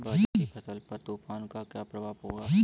बाजरे की फसल पर तूफान का क्या प्रभाव होगा?